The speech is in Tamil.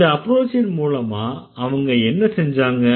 இந்த அப்ரோச்சின் மூலமா அவங்க என்ன செஞ்சாங்க